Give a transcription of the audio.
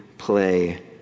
play